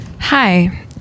Hi